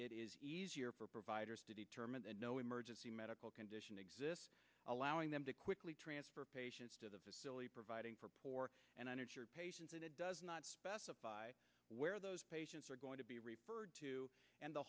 it is easier for providers to determine that no emergency medical condition exists allowing them to quickly transfer patients to the facility providing for poor and uninsured patients and it does not specify where those patients are going to be referred to and the